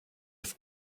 i’ve